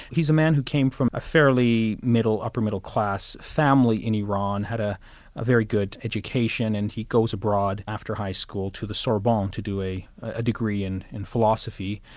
he's a man who came from a fairly middle, upper-middle class family in iran, had a a very good education and he goes abroad after high school to the sorbonne, to do a a degree in in philosophy.